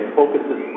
focuses